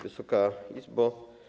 Wysoka Izbo!